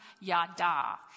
yada